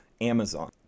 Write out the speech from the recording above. Amazon